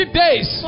days